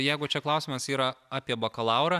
jeigu čia klausimas yra apie bakalaurą